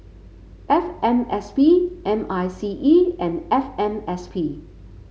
F M S P M I C E and F M S P